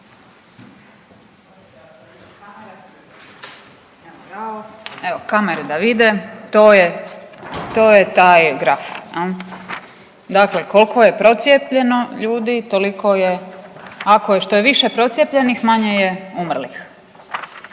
evo kamere da vide, to je, to je taj graf jel, dakle kolko je procijepljeno ljudi toliko je, ako je, što je više procijepljenih manje je umrlih.